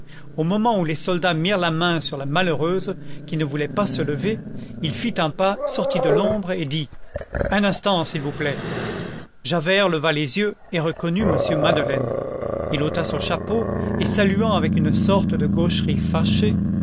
au moment où les soldats mirent la main sur la malheureuse qui ne voulait pas se lever il fit un pas sortit de l'ombre et dit un instant s'il vous plaît javert leva les yeux et reconnut m madeleine il ôta son chapeau et saluant avec une sorte de gaucherie fâchée